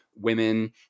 Women